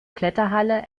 kletterhalle